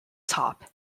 top